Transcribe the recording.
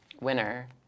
Winner